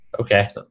Okay